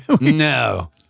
No